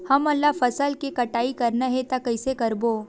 हमन ला फसल के कटाई करना हे त कइसे करबो?